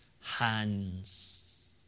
hands